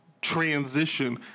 transition